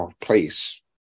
place